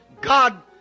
God